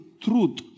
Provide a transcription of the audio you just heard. truth